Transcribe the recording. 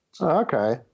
Okay